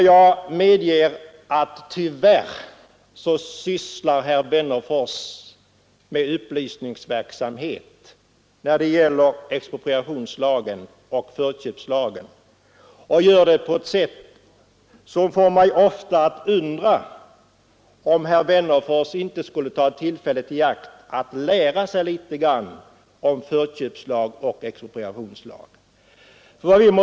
Ja, tyvärr sysslar herr Wennerfors med upplysningsverksamhet när det gäller expropriationslagen och förköpslagen och gör det på ett sätt som ofta får mig att undra om herr Wennerfors inte borde ta tillfället i akt att lära sig litet grand om förköpslag och expropriationslag.